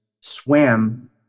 swam